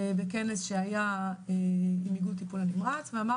בכנס שהיה עם איגוד הטיפול הנמרץ ואמר